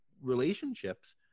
relationships